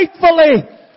faithfully